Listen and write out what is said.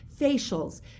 facials